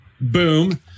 Boom